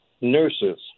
nurses